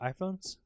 iPhones